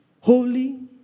Holy